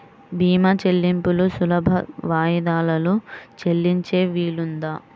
భీమా చెల్లింపులు సులభ వాయిదాలలో చెల్లించే వీలుందా?